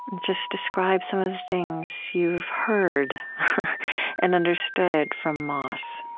just describe some of the things you've heard and understood from moss